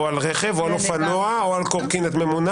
או על רכב; או על אופנוע; או על קורקינט ממונע.